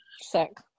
Sick